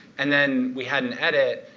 and then we had an edit,